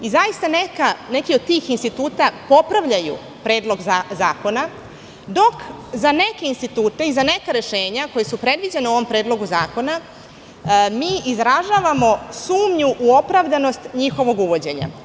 Zaista neki od tih instituta popravljaju Predlog zakona, dok za neke institute i za neka rešenja, koja su predviđena u ovom Predlogu zakona, mi izražavamo sumnju u opravdanost njihovog uvođenja.